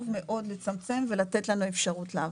מאוד לצמצם ולתת לנו אפשרות לעבוד.